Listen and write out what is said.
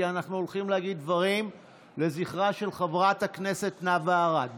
כי אנחנו הולכים להגיד דברים לזכרה של חברת הכנסת נאוה ארד.